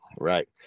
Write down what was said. Right